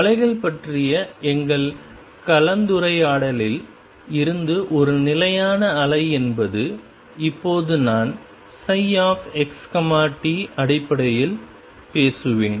அலைகள் பற்றிய எங்கள் கலந்துரையாடலில் இருந்து ஒரு நிலையான அலை என்பது இப்போது நான் ψ x t அடிப்படையில் பேசுவேன்